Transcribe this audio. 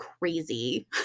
crazy